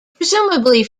presumably